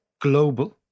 global